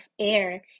air